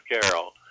Carol